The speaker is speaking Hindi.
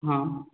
हाँ